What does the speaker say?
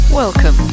Welcome